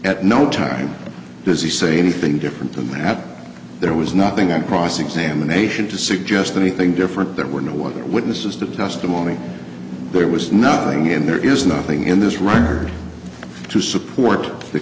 at no time does he say anything different than that there was nothing on cross examination to suggest anything different there were no what the witnesses to the testimony there was nothing in there is nothing in this record to support the